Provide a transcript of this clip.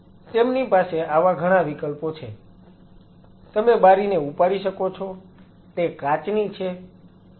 તેમની પાસે આવા ઘણા વિકલ્પો છે તમે બારીને ઉપાડી શકો છો તે કાચની છે